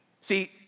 See